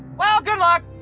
well, good luck!